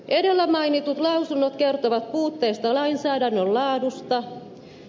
edellä mainitut lausunnot kertovat puutteista lainsäädännön laadussa